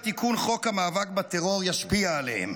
תיקון חוק המאבק בטרור ישפיע עליהם.